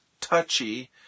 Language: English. touchy